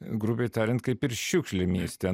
grubiai tariant kaip ir šiukšlė mieste